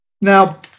now